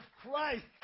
Christ